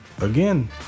again